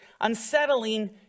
unsettling